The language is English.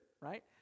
right